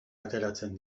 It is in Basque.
ateratzen